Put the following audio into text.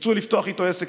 ירצו לפתוח איתו עסק,